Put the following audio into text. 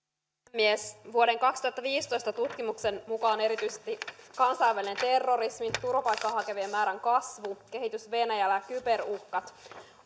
puhemies vuoden kaksituhattaviisitoista tutkimuksen mukaan erityisesti kansainvälinen terrorismi turvapaikkaa hakevien määrän kasvu kehitys venäjällä ja kyberuhkat